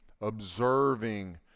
observing